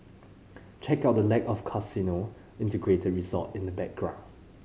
check out the lack of casino integrated resort in the background